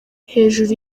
hejuru